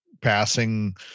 passing